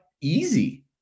easy